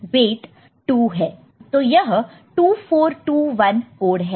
तो यह 2421 कोड है